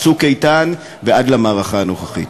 "צוק איתן" ועד למערכה הנוכחית,